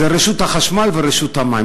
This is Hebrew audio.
רשות החשמל ורשות המים.